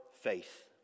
faith